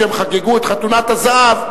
כשהם חגגו את חתונת הזהב,